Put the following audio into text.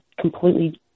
completely